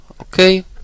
Okay